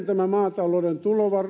tämä maatalouden